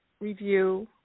review